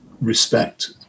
respect